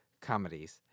comedies